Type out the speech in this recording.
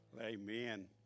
Amen